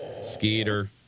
Skeeter